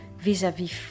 vis-a-vis